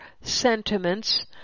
sentiments